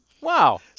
Wow